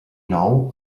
nou